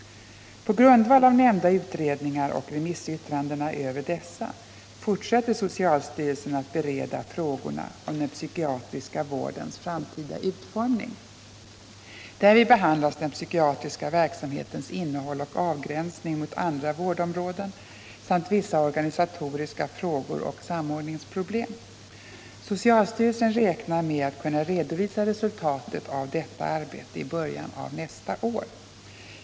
På grundval av nämnda utredningar och remissyttrandena över dessa fortsätter socialstyrelsen att bereda frågorna om den psykiatriska vårdens framtida utformning. Därvid behandlas den psykiatriska verksamhetens innehåll och avgränsning mot andra vårdområden samt vissa organisatoriska frågor och samordningsproblem. Socialstyrelsen räknar med att kunna redovisa resultatet av detta arbete i början av nästa år.